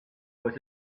was